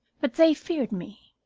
but they feared me.